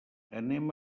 anem